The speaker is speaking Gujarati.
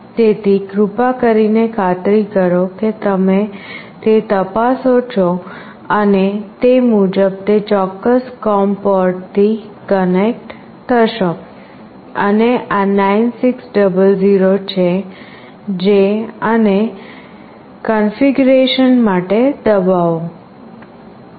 તેથી કૃપા કરીને ખાતરી કરો કે તમે તે તપાસો છો અને તે મુજબ તે ચોક્કસ કોમ પોર્ટથી કનેક્ટ થશો અને આ 9600 છે અને કન્ફિગરેશન માટે દબાવો